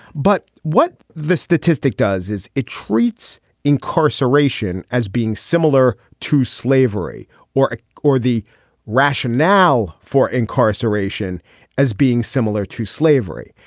but what this statistic does is it treats incarceration as being similar to slavery or ah or the rash and now for incarceration as being similar to slavery.